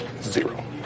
Zero